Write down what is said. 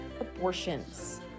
abortions